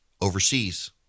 overseas